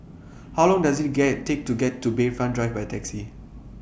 How Long Does IT Take to get to Bayfront Drive By Taxi